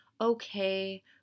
okay